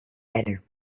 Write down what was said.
better